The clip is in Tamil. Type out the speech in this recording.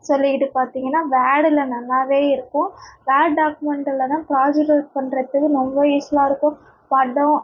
சொல்லிக்கிட்டு பார்த்தீங்கன்னா வேர்டில் நல்லாவே இருக்கும் வேர்ட் டாக்குமெண்ட்டில் தான் ப்ராஜெக்ட் ஒர்க் பண்ணுறத்துக்கு ரொம்பவே யூஸ்ஃபுல்லாக இருக்கும் படம்